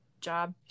job